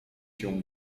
się